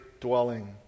dwelling